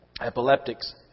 epileptics